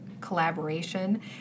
collaboration